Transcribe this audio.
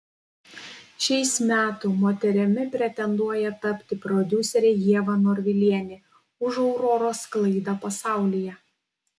šiais metų moterimi pretenduoja tapti prodiuserė ieva norvilienė už auroros sklaidą pasaulyje